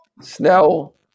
Snell